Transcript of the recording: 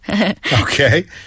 Okay